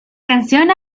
canción